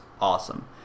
awesome